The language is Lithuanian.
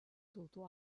tautų